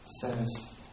Says